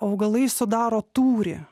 augalai sudaro tūrį